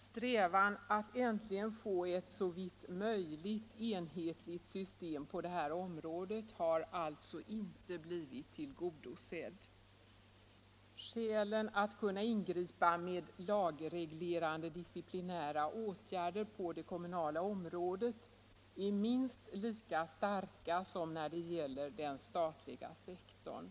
Strävan att äntligen få ett såvitt möjligt enhetligt system på detta område har alltså inte blivit tillgodosedd. Skälen för att kunna ingripa med lagreglerade disciplinära åtgärder på det kommunala området är minst lika starka som när det gäller den statliga sektorn.